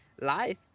life